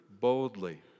boldly